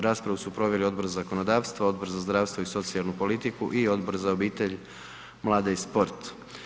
Raspravu su proveli Odbor za zakonodavstvo, Odbor za zdravstvo i socijalnu politiku i Odbor za obitelj, mlade i sport.